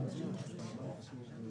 עם כל הבעיות שיש,